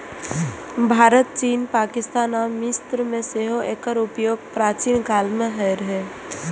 भारत, चीन, पाकिस्तान आ मिस्र मे सेहो एकर उपयोग प्राचीन काल मे होइत रहै